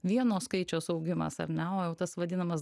vieno skaičiaus augimas ar ne o jau tas vadinamas